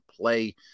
play